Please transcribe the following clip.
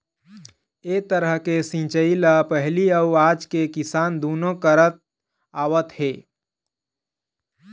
ए तरह के सिंचई ल पहिली अउ आज के किसान दुनो करत आवत हे